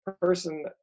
person